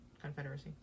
confederacy